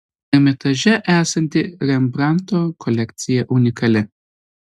ermitaže esanti rembrandto kolekcija unikali